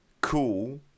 cool